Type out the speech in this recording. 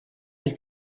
del